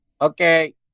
Okay